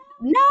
No